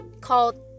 called